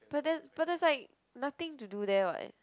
but there but there's like nothing to do there [what]